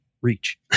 reach